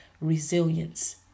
resilience